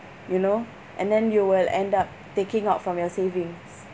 you know and then you will end up taking out from your savings